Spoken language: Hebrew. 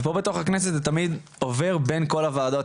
ופה בתוך הכנסת זה תמיד עובר בין כל הוועדות.